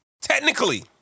Technically